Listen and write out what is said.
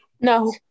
No